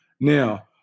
Now